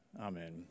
Amen